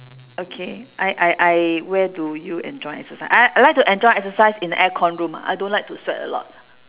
okay I I I where do you enjoy exercise I I like to enjoy exercise in aircon room ah I don't like to sweat a lot